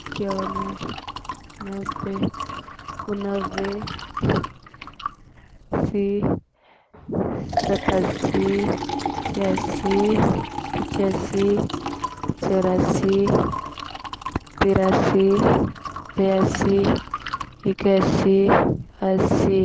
एकनबे, नब्बे, असमर्थ, अट्ठासी, सतासी, चियासी, पिचासी, चोरासी, तिरासी, बेयासी, एकासी, हसी।